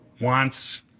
Wants